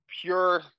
pure